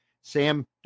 Sam